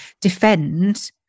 defend